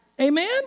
Amen